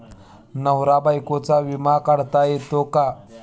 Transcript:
नवरा बायकोचा विमा काढता येतो का?